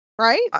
right